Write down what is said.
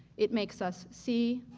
it makes us see,